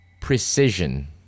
precision